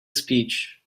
speech